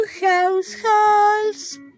Households